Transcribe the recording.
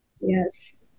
Yes